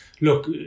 look